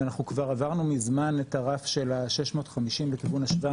ואנחנו כבר עברנו ממזמן את הרף של ה-650 לכיוון ה-700